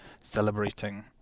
celebrating